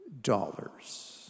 dollars